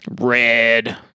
Red